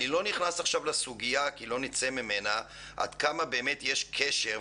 ואני לא נכנס עכשיו לסוגיה כי לא נצא ממנה עד כמה באמת יש קשר...